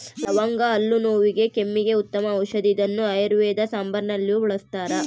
ಲವಂಗ ಹಲ್ಲು ನೋವಿಗೆ ಕೆಮ್ಮಿಗೆ ಉತ್ತಮ ಔಷದಿ ಇದನ್ನು ಆಯುರ್ವೇದ ಸಾಂಬಾರುನಲ್ಲಿಯೂ ಬಳಸ್ತಾರ